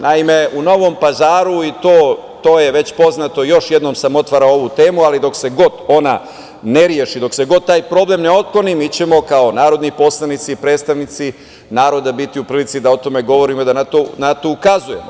Naime, u Novom Pazaru, to je već poznato, još jednom sam otvarao ovu temu, ali dok god se ona ne reši, dok se god taj problem ne otkloni, mi ćemo kao narodni poslanici, predstavnici naroda biti u prilici da o tome govorimo i na to ukazujemo.